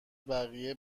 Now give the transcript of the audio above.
بقیه